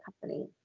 company